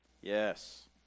Yes